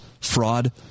fraud